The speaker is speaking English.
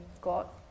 got